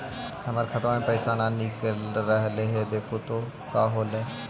हमर खतवा से पैसा न निकल रहले हे देखु तो का होगेले?